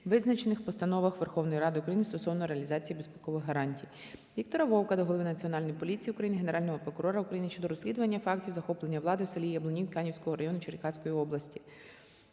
визначених в постановах Верховної Ради України стосовно реалізації безпекових гарантій. Віктора Вовка до голови Національної поліції України, Генерального прокурора України щодо розслідування фактів захоплення влади в селі Яблунів Канівського району Черкаської області.